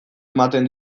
ematen